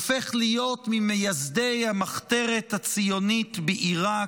הופך להיות ממייסדי המחתרת הציונית בעיראק,